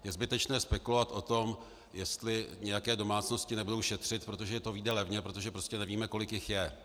Je zbytečné spekulovat o tom, jestli nějaké domácnosti nebudou šetřit, protože to vyjde levně, protože prostě nevíme, kolik jich je.